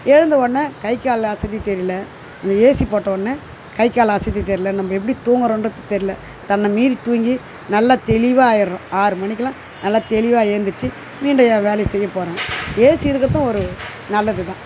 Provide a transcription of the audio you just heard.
எழுந்த உடனே கை கால் அசதி தெரியல அந்த ஏசி போட்டவுன்னே கை கால் அசதி தெரில நம்ம எப்படி தூங்குறோகிறது தெரில தன்னை மீறி தூங்கி நல்லா தெளிவாக ஆகிட்றோம் ஆறு மணிக்கெலாம் நல்லா தெளிவாக எழுந்திரிச்சி மீண்டும் என் வேலையை செய்யப் போகிறேன் ஏசி இருக்கிறதும் ஒரு நல்லது தான்